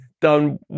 done